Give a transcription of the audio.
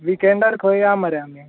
विकेंडार खंय या मरे आमी